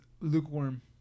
lukewarm